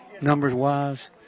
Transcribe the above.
numbers-wise